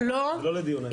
זה לא לדיון היום.